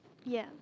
ya